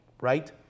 right